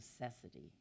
necessity